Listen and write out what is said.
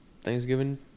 Thanksgiving